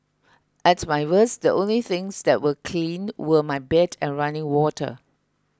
at my worst the only things that were clean were my bed and running water